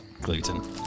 gluten